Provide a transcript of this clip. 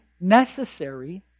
necessary